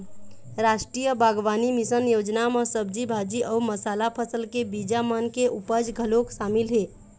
रास्टीय बागबानी मिसन योजना म सब्जी भाजी अउ मसाला फसल के बीजा मन के उपज घलोक सामिल हे